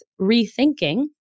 rethinking